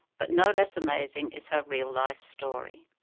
but no less amazing is her real life story.